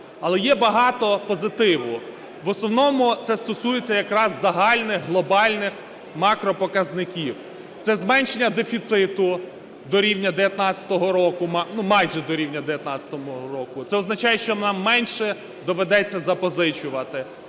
Але є багато позитиву. В основному це стосується якраз загальних глобальних макропоказників. Це зменшення дефіциту до рівня 2019 року, майже до рівня 2019 року. Це означає, що нам менше доведеться запозичувати